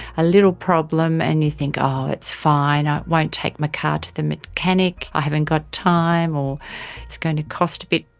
a little problem, and you think, oh, it's fine, i won't take my car to the mechanic, i haven't got time, or it's going to cost a bit.